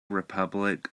republic